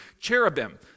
cherubim